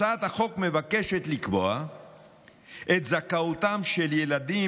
הצעת החוק מבקשת לקבוע את זכאותם של ילדים